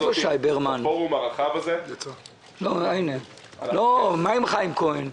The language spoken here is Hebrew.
ובפורום הרחב הזה --- מה עם חיים כהן?